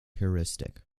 heuristic